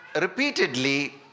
repeatedly